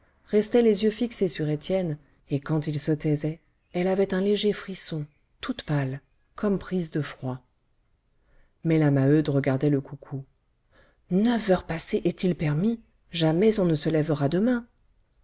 restait les yeux fixés sur étienne et quand il se taisait elle avait un léger frisson toute pâle comme prise de froid mais la maheude regardait le coucou neuf heures passées est-il permis jamais on ne se lèvera demain